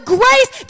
grace